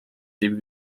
dem